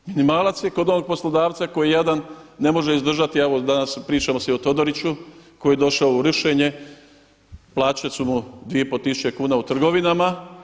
Minimalac je kod onog poslodavca koji jadan ne može izdržati evo danas se pričalo i o Todoriću koji je došao u rušenje, plaće su mu 2,5 tisuće kuna u trgovinama.